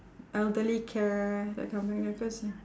elderly care that kind of thing because